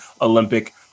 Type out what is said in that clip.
Olympic